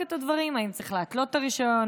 את הדברים: האם צריך להתלות את הרישיון?